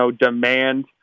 Demand